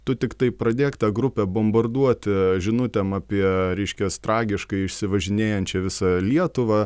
tu tiktai pradėk tą grupę bombarduoti žinutėm apie reiškias tragiškai išsivažinėjančią visą lietuvą